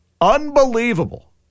Unbelievable